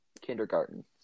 kindergarten